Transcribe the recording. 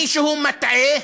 מישהו מטעה.